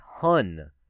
ton